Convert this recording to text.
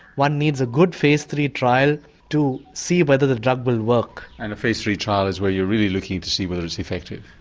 one needs a good phase three trial to see whether the drug will work. and a phase three trial is where you're really looking to see whether it's effective?